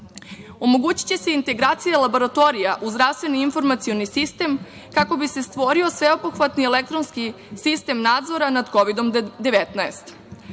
dnevno. Omogućiće se integracija laboratorija u zdravstveni informacioni sistem kako bi se stvorio sveobuhvatni elektronski sistem nadzora nad Kovidom 19.